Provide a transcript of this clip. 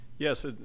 Yes